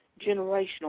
generational